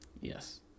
Yes